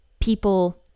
people